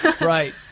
Right